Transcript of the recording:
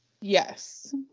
Yes